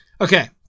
Okay